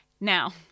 Now